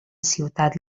ciutat